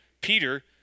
Peter